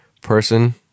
person